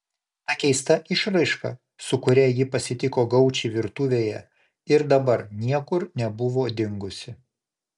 ta keista išraiška su kuria ji pasitiko gaučį virtuvėje ir dabar niekur nebuvo dingusi